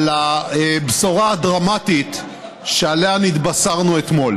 הבשורה הדרמטית שעליה נתבשרנו אתמול.